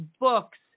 books